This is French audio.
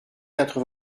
quatre